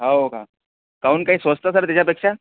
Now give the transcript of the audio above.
हो का काहून काही स्वस्त सर त्याच्यापेक्षा